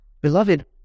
Beloved